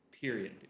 period